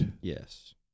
Yes